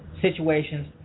situations